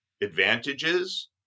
advantages